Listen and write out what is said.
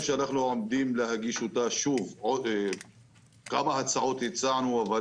הצענו כמה הצעות אבל,